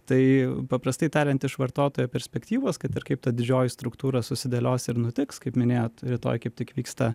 tai paprastai tariant iš vartotojo perspektyvos kad ir kaip ta didžioji struktūra susidėlios ir nutiks kaip minėjot rytoj kaip tik vyksta